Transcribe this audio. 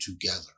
together